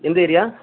எந்த ஏரியா